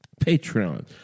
Patreon